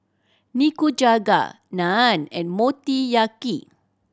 Nikujaga Naan and Motoyaki